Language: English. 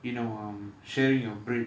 you know um sharing your bread